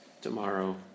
tomorrow